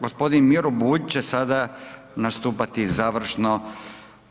G. Miro Bulj će sada nastupati završno